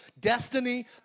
destiny